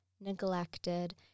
neglected